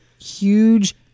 huge